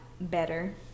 better